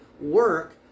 work